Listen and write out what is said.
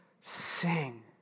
sing